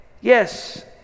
Yes